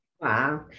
Wow